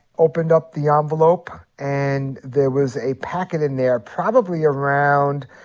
opened up the envelope, and there was a packet in there probably around,